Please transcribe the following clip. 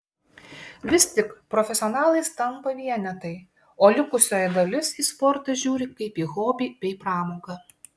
vis tik profesionalais tampa vienetai o likusioji dalis į sportą žiūri kaip į hobį bei pramogą